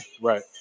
Right